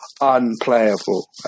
unplayable